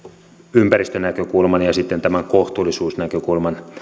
ympäristönäkökulman ja ja sitten tämän kohtuullisuusnäkökulman